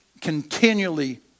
continually